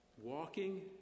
Walking